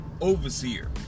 overseer